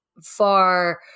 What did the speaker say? far